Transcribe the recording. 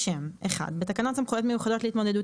תיקון1.בתקנות סמכויות מיוחדות להתמודדות